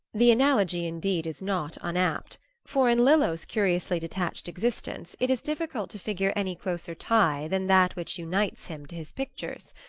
the analogy, indeed, is not unapt for in lillo's curiously detached existence it is difficult to figure any closer tie than that which unites him to his pictures.